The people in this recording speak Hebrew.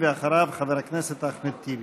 אחריו, חבר הכנסת אחמד טיבי.